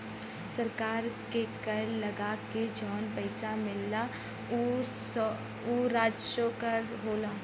सरकार के कर लगा के जौन पइसा मिलला उ राजस्व कर होला